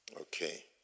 Okay